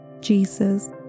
Jesus